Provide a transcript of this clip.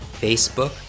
Facebook